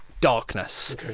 darkness